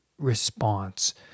response